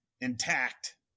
intact